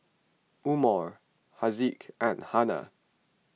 Umar Haziq and Hana